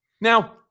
Now